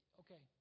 okay